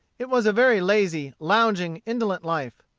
it was a very lazy, lounging, indolent life.